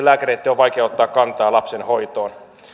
lääkäreitten on vaikea ottaa kantaa lapsen hoitoon